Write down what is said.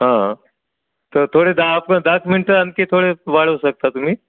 हां तर थोडे दहा आ पण दस मिनटं आणखी थोडे वाढवू शकता तुम्ही